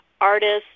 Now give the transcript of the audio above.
artists